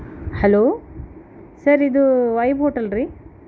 hello sir ಇದು ವೈಬ್ hotel ರೀ